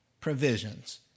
provisions